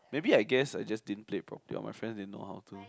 maybe I guess I just didn't played properly or my friends they know how to